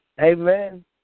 Amen